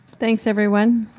thanks, everyone.